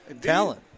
talent